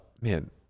Man